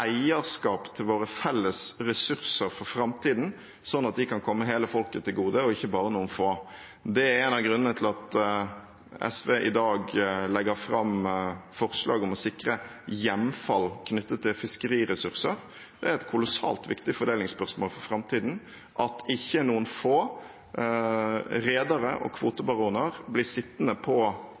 eierskap til våre felles ressurser for framtiden, sånn at de kan komme hele folket til gode og ikke bare noen få. Det er en av grunnene til at SV i dag legger fram forslag om å sikre hjemfall knyttet til fiskeriressurser. Det er et kolossalt viktig fordelingsspørsmål for framtiden at ikke noen få redere og kvotebaroner blir sittende på